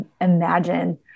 imagine